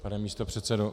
Pane místopředsedo.